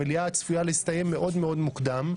המליאה צפויה להסתיים מאוד-מאוד מוקדם,